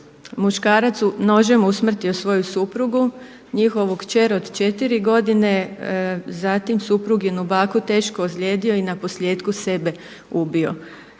muškarac nožem usmrtio svoju suprugu, njihovu kćer od četiri godine, zatim supruginu baku teško ozlijedio i na posljetku sebe ubio.